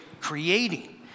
creating